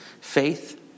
Faith